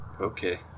Okay